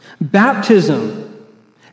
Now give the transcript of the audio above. Baptism